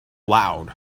loud